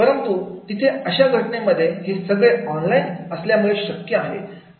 परंतु तिथे अशा घटनेमध्ये हे सगळे ऑनलाईन असल्यामुळे शक्य आहे